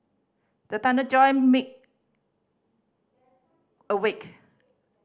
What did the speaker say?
the thunder jolt me awake